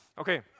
Okay